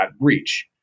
breach